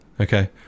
Okay